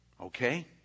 Okay